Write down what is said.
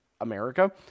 America